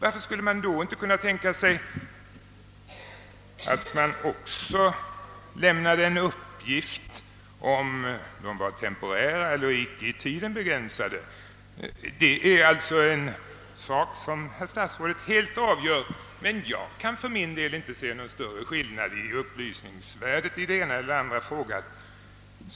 Varför kan man då inte också tänka sig att vi får en uppgift om huruvida hastighetsbegränsningarna skall vara temporära eller tidsbegränsade? Det är en sak som statsrådet själv avgör, men jag kan för min del inte se någon större skillnad i upplysningsvärde i den ena eller andra frågan.